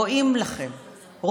רואים לכם.